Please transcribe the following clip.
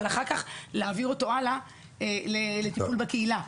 אבל אחר כך להעביר אותו הלאה לטיפול בקהילה.